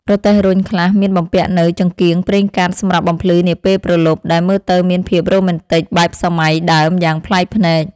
រទេះរុញខ្លះមានបំពាក់នូវចង្កៀងប្រេងកាតសម្រាប់បំភ្លឺនាពេលព្រលប់ដែលមើលទៅមានភាពរ៉ូមែនទិកបែបសម័យដើមយ៉ាងប្លែកភ្នែក។